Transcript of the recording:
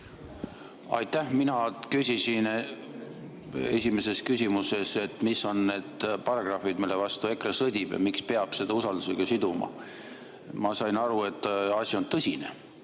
Aitäh! Mina küsisin esimeses küsimuses, mis on need paragrahvid, mille vastu EKRE sõdib ja miks peab seda usaldusega siduma. Ma sain aru, et asi on tõsine.